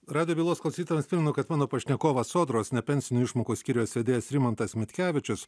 radijo bylos klausytojams primenu kad mano pašnekovas sodros nepensinių išmokų skyriaus vedėjas rimantas mitkevičius